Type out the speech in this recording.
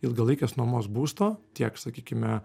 ilgalaikės nuomos būsto tiek sakykime